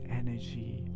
energy